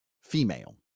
Female